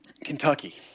Kentucky